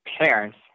parents